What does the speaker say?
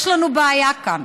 יש לנו בעיה כאן.